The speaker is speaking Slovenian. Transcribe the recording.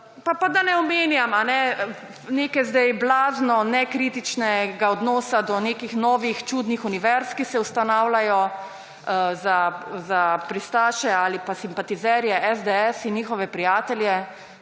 Pa da ne omenjam nekega zdaj blazno nekritičnega odnosa do nekih novih, čudnih univerz, ki se ustanavljajo za pristaše ali pa simpatizerje SDS in njihove prijatelje.